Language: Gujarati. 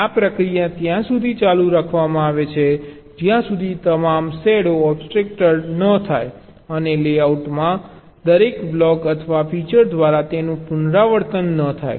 આ પ્રક્રિયા ત્યાં સુધી ચાલુ રાખવામાં આવે છે જ્યાં સુધી તમામ શેડો ઓબસ્ટ્રક્ટેડ ન થાય અને લેઆઉટમાંના દરેક બ્લોક અથવા ફીચર દ્વારા તેનું પુનરાવર્તન ન થાય